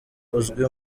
uzwi